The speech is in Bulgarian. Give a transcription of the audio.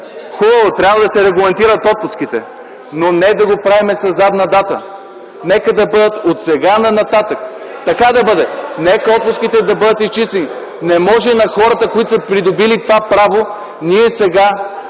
Хубаво, трябва да се регламентират отпуските, но не да го правим със задна дата. Нека от сега нататък така да бъде, нека отпуските да бъдат изчистени. Но не може на хората, които са придобили това право, новото